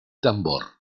tambor